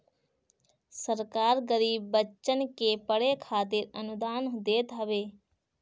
सरकार गरीब बच्चन के पढ़े खातिर अनुदान देत हवे